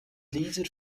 lieder